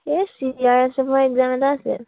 এই এগজাম এটা আছে